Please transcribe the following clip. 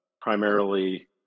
primarily